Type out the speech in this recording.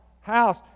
house